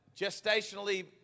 gestationally